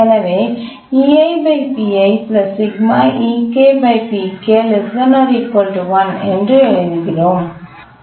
எனவே என்று ஆகின்றது